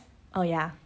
oh ya